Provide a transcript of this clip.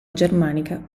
germanica